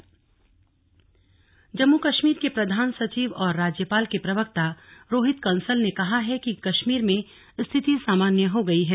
slug Kashmir में शांति जम्मू कश्मीर के प्रधान सचिव और राज्यपाल के प्रवक्ता रोहित कंसल ने कहा है कि कश्मीर में स्थिति सामान्य हो रही है